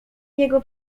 niego